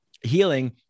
healing